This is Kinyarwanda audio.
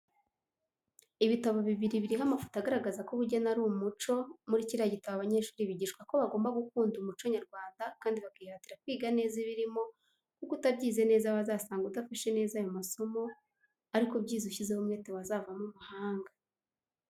Ibitabo bibiri biriho amafoto agaragaza ko ubugeni ari umuco, muri kiriya gitabo abanyeshuri bigishwa ko bagomba gukunda Umuco Nyarwanda kandi bakihatira kwiga neza ibirimo kuko utabyize neza wazasanga udafashe neza ayo masomo ariko ubyize ushyizeho umwete wazavamo umuhanga.